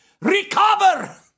Recover